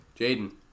Jaden